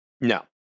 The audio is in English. No